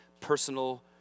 personal